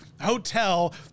hotel